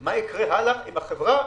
מה יקרה הלאה עם החברה,